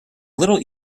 little